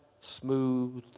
smooth